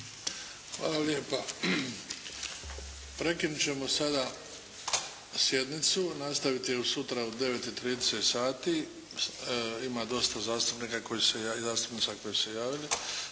Hvala lijepa. Prekinut ćemo sada sjednicu, nastaviti ju sutra u 9,30 sati. Ima dosta zastupnika i zastupnica